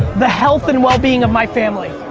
the health and well being of my family.